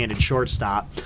shortstop